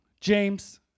James